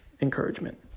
encouragement